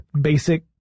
Basic